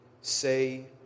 say